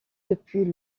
depuis